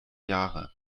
jahre